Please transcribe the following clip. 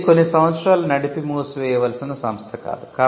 ఇది కొన్ని సంవత్సరాలు నడిపి మూసివేయవలసిన సంస్థ కాదు